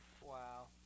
Wow